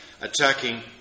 attacking